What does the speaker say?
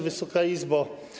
Wysoka Izbo!